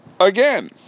Again